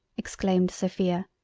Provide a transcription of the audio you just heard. exclaimed sophia.